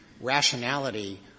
rationality